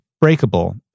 breakable